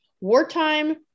Wartime